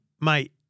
mate